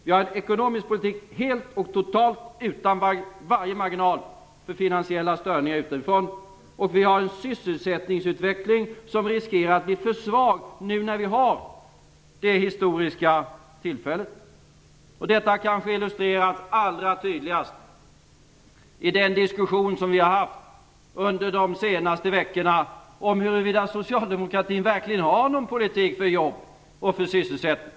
Vi har en ekonomisk politik som är helt och totalt utan någon som helst marginal för finansiella störningar utifrån. Och vi har en sysselsättningsutveckling som riskerar att bli för svag, nu när vi har det historiska tillfället. Detta illustreras kanske allra tydligast i den diskussion som vi haft under de senaste veckorna om huruvida socialdemokratin verkligen har någon politik för jobb och sysselsättning.